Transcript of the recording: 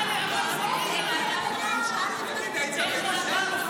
כל מחנך ------ איך נרשום נוכחות של תלמידים?